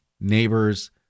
neighbors